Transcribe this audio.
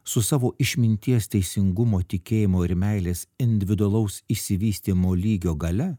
su savo išminties teisingumo tikėjimo ir meilės individualaus išsivystymo lygio galia